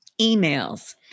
emails